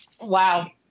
Wow